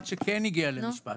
אחד שכן הגיע למשפט,